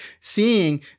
Seeing